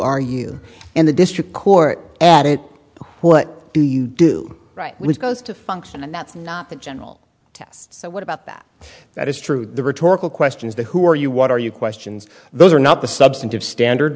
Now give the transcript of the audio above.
are you and the district court at it what do you do right when it goes to function and that's not the general test so what about that that is true the rhetorical questions to who are you what are you questions those are not the substantive standard